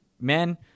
men